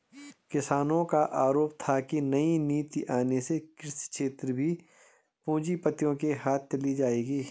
किसानो का आरोप था की नई नीति आने से कृषि क्षेत्र भी पूँजीपतियो के हाथ चली जाएगी